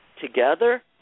together